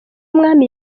umwami